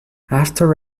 after